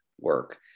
work